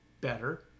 better